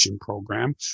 program